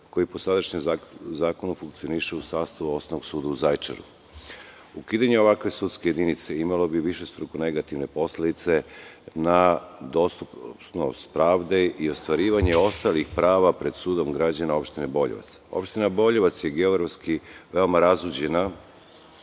koji po sadašnjem zakonu funkcioniše u sastavu Osnovnog suda u Zaječaru. Ukidanje ovakve sudske jedinice imalo bi višestruko negativne posledice na dostupnost pravde i ostvarivanje ostalih prava pred sudom građana opštine Boljevac. Opština Boljevac je geografski veoma razuđena